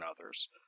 others